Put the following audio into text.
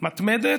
מתמדת,